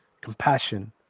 compassion